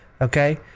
Okay